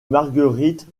marguerite